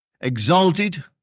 exalted